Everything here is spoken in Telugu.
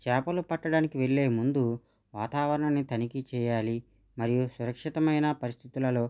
చేపలు పట్టడానికి వెళ్ళే ముందు వాతావరణాన్ని తనిఖీ చేయాలి మరియు సురక్షితమైన పరిస్థితులలో